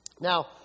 Now